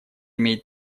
имеет